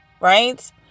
right